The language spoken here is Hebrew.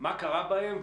מה קרה בהם,